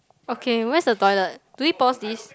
okay where's the toilet do we pause this